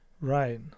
right